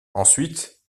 ensuite